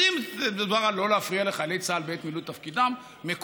אז אם מדובר על לא להפריע לחיילי צה"ל בעת מילוי תפקידם מקובל.